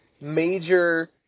major